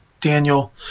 Daniel